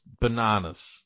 bananas